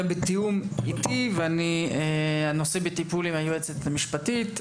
זה היה בתיאום איתי והנושא טופל עם היועצת המשפטית,